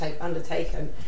undertaken